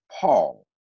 Paul